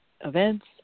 events